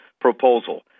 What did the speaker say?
proposal